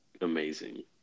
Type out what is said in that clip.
amazing